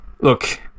Look